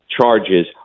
charges